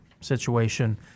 situation